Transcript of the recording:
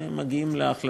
והם מגיעים להחלטות